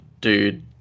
dude